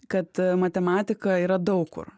kad matematika yra daug kur